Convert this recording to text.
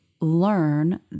learn